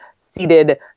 seated